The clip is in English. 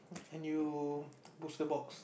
and you poster box